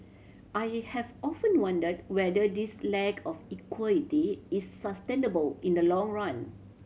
I have often wondered whether this lack of equity is sustainable in the long run